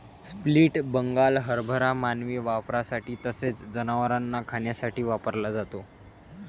split Bengal हरभरा मानवी वापरासाठी तसेच जनावरांना खाण्यासाठी वापरला जातो